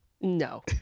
No